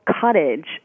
cottage